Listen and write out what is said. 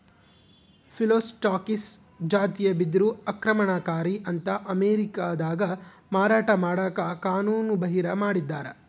Phyllostachys ಜಾತಿಯ ಬಿದಿರು ಆಕ್ರಮಣಕಾರಿ ಅಂತ ಅಮೇರಿಕಾದಾಗ ಮಾರಾಟ ಮಾಡಕ ಕಾನೂನುಬಾಹಿರ ಮಾಡಿದ್ದಾರ